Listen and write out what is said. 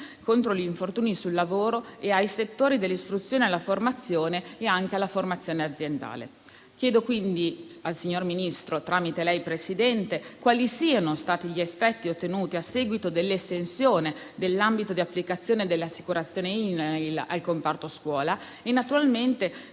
contro gli infortuni sul lavoro ai settori dell'istruzione, della formazione e anche alla formazione aziendale. Chiedo quindi al signor Ministro, tramite lei, Presidente, quali siano stati gli effetti ottenuti a seguito dell'estensione dell'ambito di applicazione dell'assicurazione INAIL al comparto scuola e come